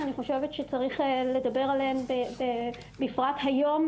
שאני חושבת שצריך לדבר עליהן בפרט היום,